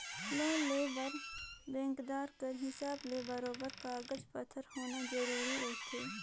loan लेय बर बेंकदार कर हिसाब ले बरोबेर कागज पाथर होना जरूरी रहथे